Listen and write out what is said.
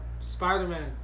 Spider-Man